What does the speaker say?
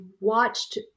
watched